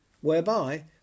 whereby